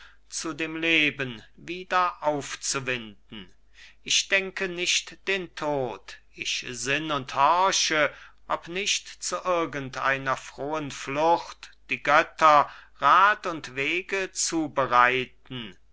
zu dem leben wieder aufzuwinden ich denke nicht den tod ich sinn und horche ob nicht zu irgend einer frohen flucht die götter rath und wege zubereiten